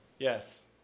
yes